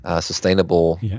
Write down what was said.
sustainable